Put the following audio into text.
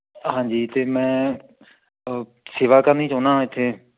ਹਾਂਜੀ ਅਤੇ ਮੈਂ ਸੇਵਾ ਕਰਨੀ ਚਾਹੁੰਦਾ ਇੱਥੇ